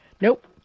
Nope